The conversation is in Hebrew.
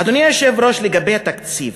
אדוני היושב-ראש, לגבי התקציב.